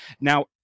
Now